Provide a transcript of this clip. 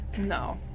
no